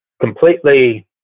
completely